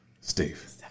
Steve